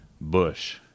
Bush